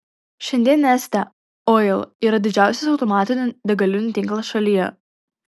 šiandien neste oil yra didžiausias automatinių degalinių tinklas šalyje